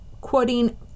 quoting